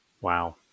Wow